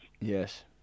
Yes